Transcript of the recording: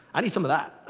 i need some of that.